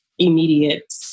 immediate